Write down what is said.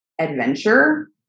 adventure